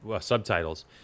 subtitles